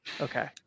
Okay